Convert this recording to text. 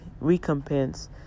recompense